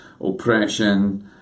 oppression